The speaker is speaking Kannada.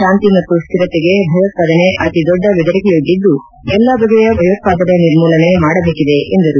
ಶಾಂತಿ ಮತ್ತು ಸ್ಕಿರತೆಗೆ ಭಯೋತ್ಪಾದನೆ ಅತಿ ದೊಡ್ಡ ಬೆದರಿಕೆಯೊಡ್ಡಿದ್ದು ಎಲ್ಲ ಬಗೆಯ ಭಯೋತ್ಪಾದನೆ ನಿರ್ಮೂಲನೆ ಮಾಡಬೇಕಿದೆ ಎಂದರು